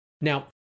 Now